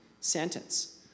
sentence